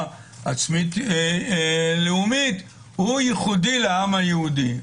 עצמית לאומית הוא ייחודי לעם היהודי.